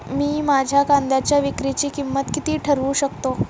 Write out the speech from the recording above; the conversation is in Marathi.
मी माझ्या कांद्यांच्या विक्रीची किंमत किती ठरवू शकतो?